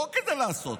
לא כדי לעשות,